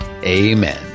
Amen